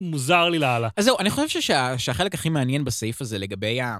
מוזר לי להלאה. אז זהו, אני חושב שהחלק הכי מעניין בסעיף הזה לגבי ה...